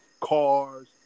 cars